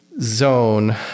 Zone